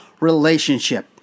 relationship